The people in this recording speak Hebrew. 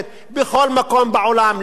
בכל מקום בעולם לאורך ההיסטוריה,